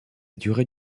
durée